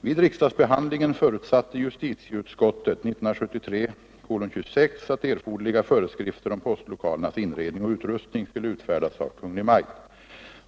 Vid riksdagsbehandlingen förutsatte justitieutskottet , att erforderliga föreskrifter om postlokalernas inredning och utrustning skulle utfärdas av Kungl. Maj:t.